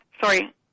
Sorry